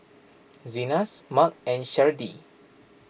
Zenas Marc and Sharde